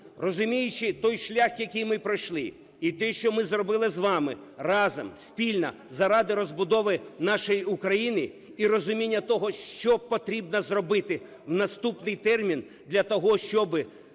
розуміючи той шлях, який ми пройшли, і те, що ми зробили з вами разом, спільно заради розбудови нашої України і розуміння того, що потрібно зробити в наступний термін для того, щоби